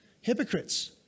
Hypocrites